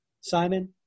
Simon